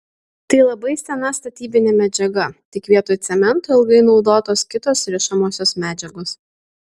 tai labai sena statybinė medžiaga tik vietoj cemento ilgai naudotos kitos rišamosios medžiagos